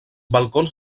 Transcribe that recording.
balcons